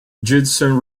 judson